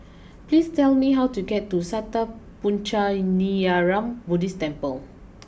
please tell me how to get to Sattha Puchaniyaram Buddhist Temple